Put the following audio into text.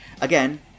Again